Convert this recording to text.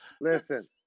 Listen